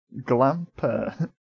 Glamper